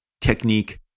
technique